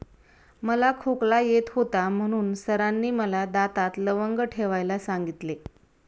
मला खोकला येत होता म्हणून सरांनी मला दातात लवंग ठेवायला सांगितले